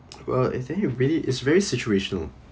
well if any it's really it's very situational